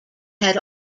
had